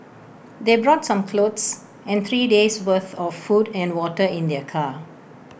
they brought some clothes and three days' worth of food and water in their car